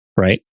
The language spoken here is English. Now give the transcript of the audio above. Right